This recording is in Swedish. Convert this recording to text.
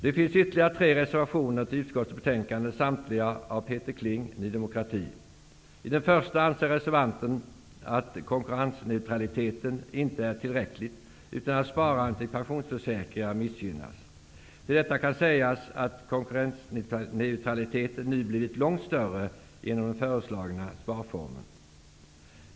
Det finns ytterligare tre reservationer fogade till utskottets betänkande, samtliga av Peter Kling från I den första reservationen anser reservanten att konkurrensneutraliteten inte är tillräcklig utan att sparandet i pensionsförsäkringar missgynnas. Till detta kan jag säga att konkurrensneutraliteten nu har blivit långt större genom den föreslagna sparformen.